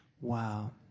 Wow